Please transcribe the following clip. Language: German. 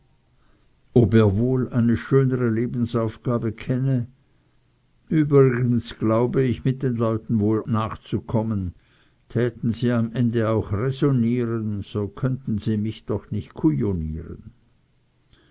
ob er wohl eine schönere lebensaufgabe kenne uebrigens glaube ich mit den leuten wohl nachzukommen täten sie am ende auch räsonnieren so könnten sie mich doch nicht